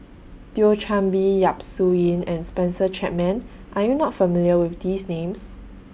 Thio Chan Bee Yap Su Yin and Spencer Chapman Are YOU not familiar with These Names